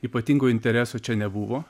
ypatingo intereso čia nebuvo